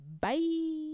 Bye